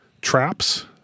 traps